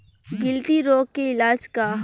गिल्टी रोग के इलाज का ह?